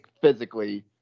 physically